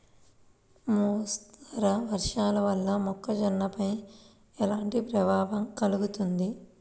మోస్తరు వర్షాలు వల్ల మొక్కజొన్నపై ఎలాంటి ప్రభావం కలుగుతుంది?